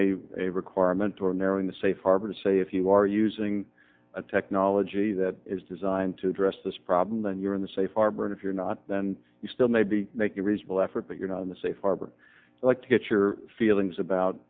imposing a requirement or narrowing the safe harbor to say if you are using a technology that is designed to address this problem then you're in the safe harbor and if you're not then you still maybe make a reasonable effort but you're not in the safe harbor like to get your feelings about